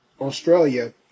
Australia